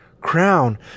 crown